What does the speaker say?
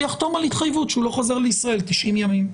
שיחתום על התחייבות שהו אלא חוזר לישראל 90 ימים.